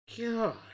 God